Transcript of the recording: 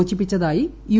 മോചിപ്പിച്ചതായി U